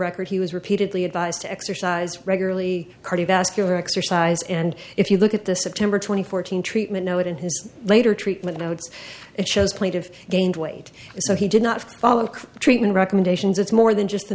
record he was repeatedly advised to exercise regularly cardiovascular exercise and if you look at the september twenty four thousand treatment know it in his later treatment notes it shows plenty of gained weight so he did not follow the treatment recommendations it's more than just the